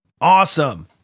Awesome